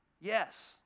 Yes